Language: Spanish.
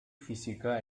física